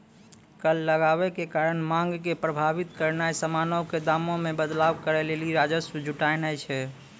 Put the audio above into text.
कर लगाबै के कारण मांग के प्रभावित करनाय समानो के दामो मे बदलाव करै लेली राजस्व जुटानाय छै